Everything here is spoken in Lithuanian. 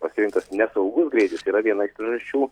pasirinktas nesaugus greitis yra viena iš priežasčių